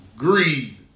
Greed